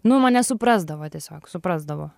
nu mane suprasdavo tiesiog suprasdavo